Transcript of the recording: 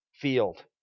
field